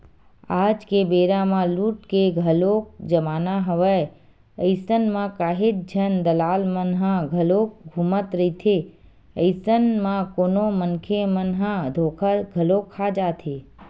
आज के बेरा म लूट के घलोक जमाना हवय अइसन म काहेच झन दलाल मन ह घलोक घूमत रहिथे, अइसन म कोनो मनखे मन ह धोखा घलो खा जाथे